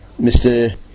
Mr